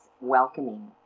welcoming